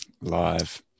live